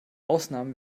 ausnahmen